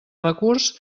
recurs